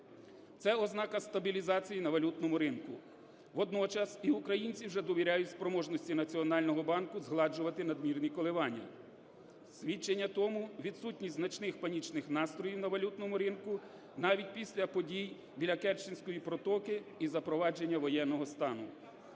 Це ознака стабілізації на валютному ринку. Водночас і українці вже довіряють спроможності Національного банку згладжувати надмірні коливання. Свідчення тому – відсутність значних панічних настроїв на валютному ринку, навіть після подій біля Керченської протоки і запровадження воєнного стану.